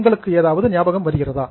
உங்களுக்கு ஏதாவது ஞாபகம் வருகிறதா